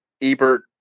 Ebert